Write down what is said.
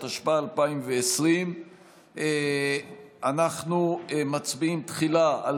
התשפ"א 2020. אנחנו מצביעים תחילה על